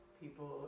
people